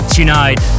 Tonight